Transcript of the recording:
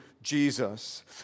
Jesus